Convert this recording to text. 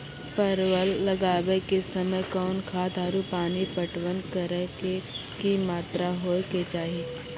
परवल लगाबै के समय कौन खाद आरु पानी पटवन करै के कि मात्रा होय केचाही?